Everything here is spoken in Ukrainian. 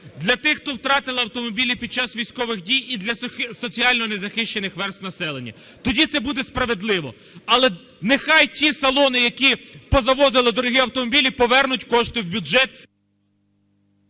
для тих, хто втратили автомобілі під час військових дій, і для соціально незахищених верств населення. Тоді це буде справедливо. Але нехай ті салони, які позавозили дорогі автомобілі, повернуть кошти в бюджет...